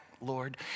Lord